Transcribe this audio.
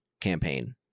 campaign